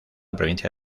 provincia